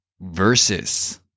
versus